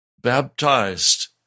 baptized